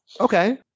okay